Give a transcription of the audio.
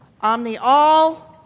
omni-all